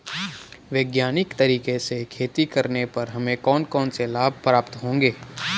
वैज्ञानिक तरीके से खेती करने पर हमें कौन कौन से लाभ प्राप्त होंगे?